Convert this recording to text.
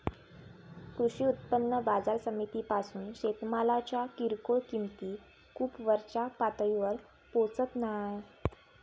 कृषी उत्पन्न बाजार समितीपासून शेतमालाच्या किरकोळ किंमती खूप वरच्या पातळीवर पोचत नाय